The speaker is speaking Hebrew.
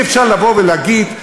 אי-אפשר לבוא ולהגיד,